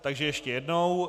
Takže ještě jednou.